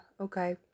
okay